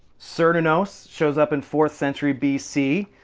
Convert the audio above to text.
cernunnos shows up in fourth century bc,